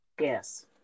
Yes